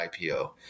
IPO